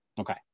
Okay